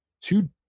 two